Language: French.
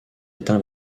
atteint